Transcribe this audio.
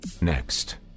Next